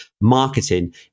marketing